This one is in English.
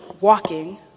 walking